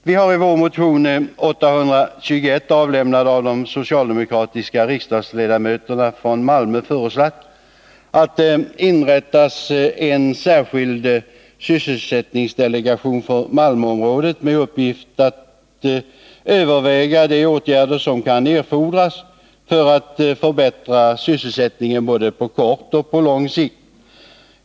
Vi har i vår motion 821, avlämnad av de socialdemokratiska riksdagsledamöterna från Malmö, föreslagit att det inrättas en särskild sysselsättningsdelegation för Malmöområdet med uppgift att överväga de åtgärder som kan erfordras för att förbättra sysselsättningen både på kort och på lång sikt.